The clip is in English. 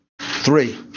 three